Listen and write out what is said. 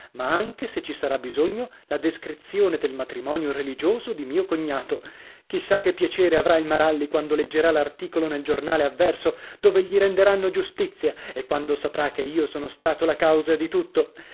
ma anche se ci sarà bisogno la descrizione del matrimonio religioso di mio cognato chi sa che piacere avrà il maralli quando leggerà l'articolo nel giornale avverso dove gli renderanno giustizia e quando saprà che io sono stato la causa di tutto